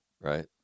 right